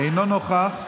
אינו נוכח,